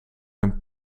een